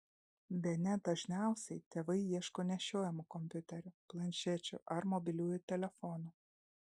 bene dažniausiai tėvai ieško nešiojamų kompiuterių planšečių ar mobiliųjų telefonų